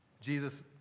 Jesus